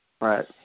Right